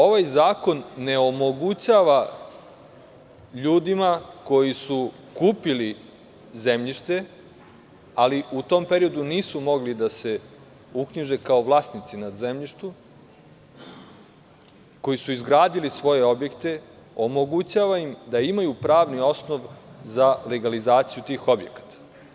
Ovaj zakon ne omogućava ljudima koji su kupili zemljište, ali u tom periodu nisu mogli da se uknjiže kao vlasnici na zemljištu, koji su izgradili svoje objekte, da imaju pravni osnov za legalizaciju tih objekata.